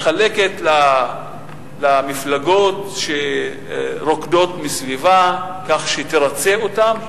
מחלקת למפלגות שרוקדות מסביבה כך שהיא תרצה אותן?